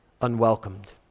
unwelcomed